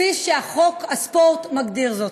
כפי שחוק הספורט מגדיר זאת.